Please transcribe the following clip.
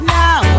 now